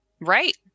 right